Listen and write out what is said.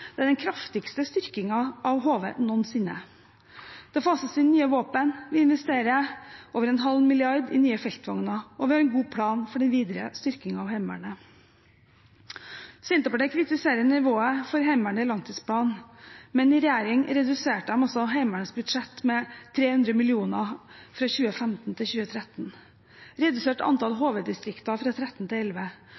Det er den kraftigste styrkingen av HV noensinne. Det fases inn nye våpen. Vi investerer over en halv milliard kroner i nye feltvogner, og vi har en god plan for den videre styrkingen av Heimevernet. Senterpartiet kritiserer nivået for Heimevernet i langtidsplanen, men i regjering reduserte de Heimevernets budsjett med 300 mill. kr fra 2005 til 2013, reduserte antall